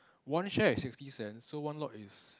one share is sixty cents so one lot is